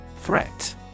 Threat